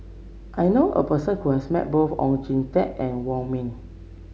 I know a person who has met both Oon Jin Teik and Wong Ming